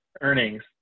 earnings